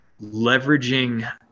leveraging